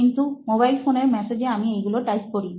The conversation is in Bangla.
কিন্তু মোবাইল ফোনের মেসেজে আমি ঐগুলো টাইপ করি